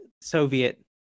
Soviet